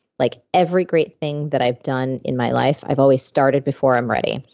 like every great thing that i've done in my life, i've always started before i'm ready.